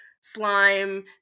slime